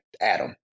Adam